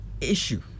issue